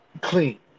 clean